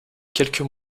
quelques